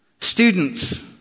Students